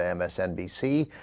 and msnbc